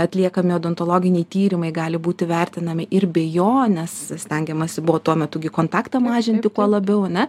atliekami odontologiniai tyrimai gali būti vertinami ir be jo nes stengiamasi buvo tuo metu gi kontaktą mažinti kuo labiau ar ne